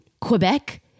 Quebec